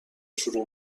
شروع